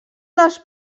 dels